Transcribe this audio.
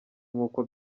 nk’uko